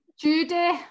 judy